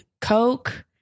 Coke